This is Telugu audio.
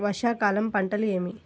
వర్షాకాలం పంటలు ఏవి?